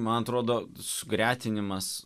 man atrodo sugretinimas